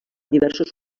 diversos